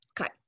Okay